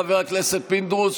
חבר הכנסת פינדרוס,